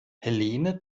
helene